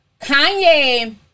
Kanye